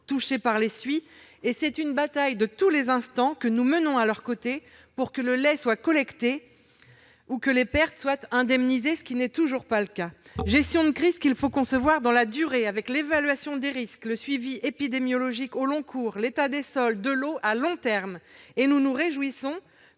touchée par les suies. C'est une bataille de tous les instants que nous menons à leurs côtés pour faire en sorte, par exemple, que le lait soit collecté ou que leurs pertes soient indemnisées, ce qui n'est toujours pas le cas. Gestion de crise qu'il faut concevoir dans la durée avec l'évaluation des risques, le suivi épidémiologique au long court, l'état des sols et de l'eau à long terme. Nous nous réjouissons